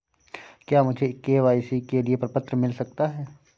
क्या मुझे के.वाई.सी के लिए प्रपत्र मिल सकता है?